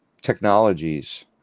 technologies